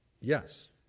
yes